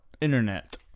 internet